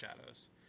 shadows